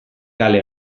kale